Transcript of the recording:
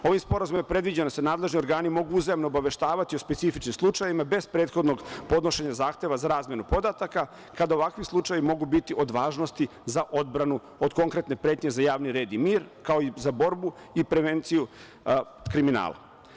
Ovim sporazumom je predviđeno da se nadležni organi mogu uzajamno obaveštavati o specifičnim slučajevima, bez prethodnog podnošenja zahteva za razmenu podataka kada ovakvi slučajevi mogu biti od važnosti za odbranu od konkretne pretnje za javni red i mir, kao i za borbu i prevenciju kriminala.